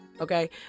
okay